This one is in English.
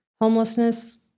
homelessness